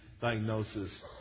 diagnosis